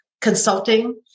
consulting